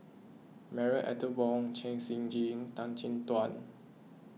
Marie Ethel Bong Chen Shiji Tan Chin Tuan